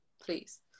please